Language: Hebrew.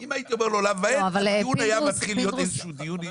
אם הייתי אומר לעולם ועד הדיון היה מתחיל להיות איזה שהוא דיון.